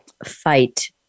Fight